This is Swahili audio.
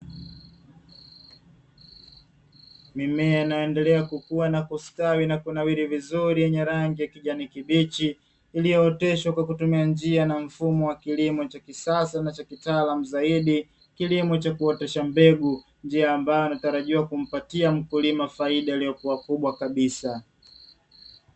Mimea inayoendelea kukua na kustawi na kunawiri vizuri, yenye rangi ya kijani kibichi, iliyooteshwa kwa kutumia njia na mfumo wa kilimo cha kisasa na cha kitaalamu zaidi, kilimo cha kuotesha mbegu, njia ambayo inatarajiwa kumpatia mkulima faida iliyokuwa kubwa kabisa.